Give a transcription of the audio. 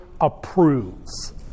approves